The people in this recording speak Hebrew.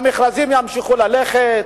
המכרזים ימשיכו ללכת.